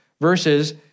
verses